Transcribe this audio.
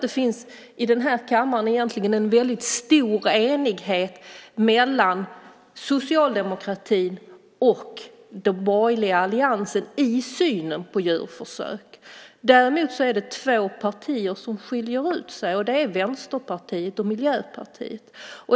Det finns i den här kammaren egentligen en väldigt stor enighet mellan Socialdemokraterna och den borgerliga alliansen i synen på djurförsök. Däremot är det två partier som skiljer ut sig. Det är Vänsterpartiet och Miljöpartiet.